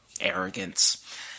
arrogance